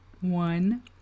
one